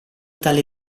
tale